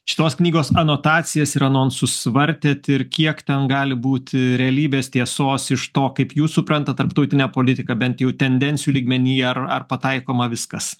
šitos knygos anotacijas ir anonsus vartėt ir kiek ten gali būti realybės tiesos iš to kaip jūs suprantat tarptautinę politiką bent jau tendencijų lygmenyje ar ar pataikoma viskas